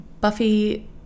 buffy